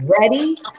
Ready